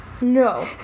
No